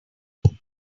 when